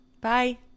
bye